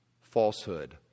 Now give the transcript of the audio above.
falsehood